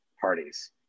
parties